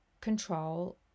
control